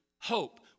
hope